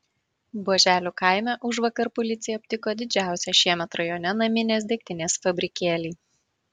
buoželių kaime užvakar policija aptiko didžiausią šiemet rajone naminės degtinės fabrikėlį